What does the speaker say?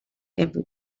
ever